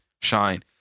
shine